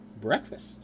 Breakfast